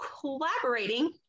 collaborating